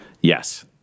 Yes